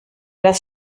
das